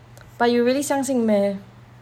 but you really 相信 meh